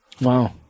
Wow